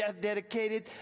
dedicated